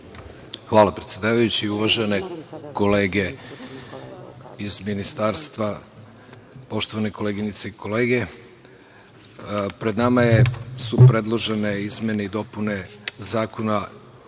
Hvala predsedavajući. Uvažene kolege iz ministarstva, poštovane koleginice i kolege, pred nama su predložene izmene i dopune zakona